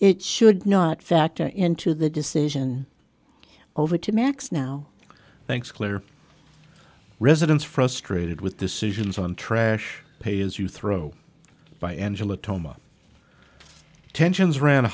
it should not factor into the decision over to max now thanks claire residents frustrated with decisions on trash pay as you throw by angela toma tensions ran